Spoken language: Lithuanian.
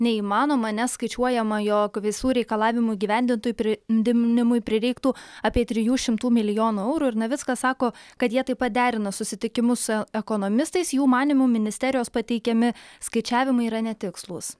neįmanoma nes skaičiuojama jog visų reikalavimų įgyvendintų didinimui prireiktų apie trijų šimtų milijonų eurų ir navickas sako kad jie taip pat derina susitikimus su ekonomistais jų manymu ministerijos pateikiami skaičiavimai yra netikslūs